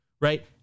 Right